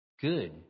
Good